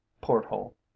porthole